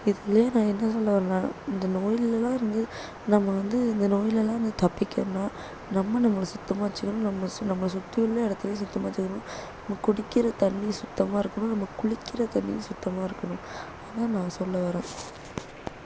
இது வழியா நான் என்ன சொல்ல வரேன்னால் இந்த நோய்லெல்லாம் இருந்து நம்ம வந்து இந்த நோய்லெல்லாம் இருந்து தப்பிக்கணும்னால் நம்ம நம்மளை சுத்தமாக வச்சுக்கணும் நம்ம நம்மளை சுற்றியும் இடத்த சுத்தமாக வச்சுக்கணும் நம்ம குடிக்கிற தண்ணியும் சுத்தமாக இருக்கணும் நம்ம குளிக்கிற தண்ணியும் சுத்தமாக இருக்கணும் அதுதான் நான் சொல்ல வரேன்